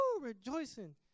rejoicing